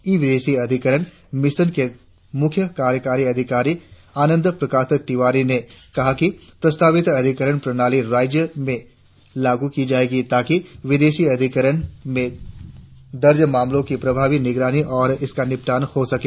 ई विदेशी अधिकरण मिशन के मुख्य कार्यकारी अधिकारी आनंद प्रकाश तिवारी ने कहा कि प्रस्तावित अधिकरण प्रणाली राज्यभर में लागू की जायेगी ताकि विदेशी अधिकरण में दर्ज मामलों की प्रभावी निगरानी और इसका निपटान हो सके